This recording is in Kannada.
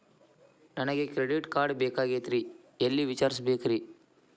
ನನಗೆ ಕ್ರೆಡಿಟ್ ಕಾರ್ಡ್ ಬೇಕಾಗಿತ್ರಿ ಎಲ್ಲಿ ವಿಚಾರಿಸಬೇಕ್ರಿ?